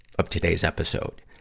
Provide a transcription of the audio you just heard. of today's episode.